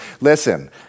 Listen